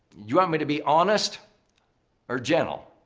you want me to be honest or gentle?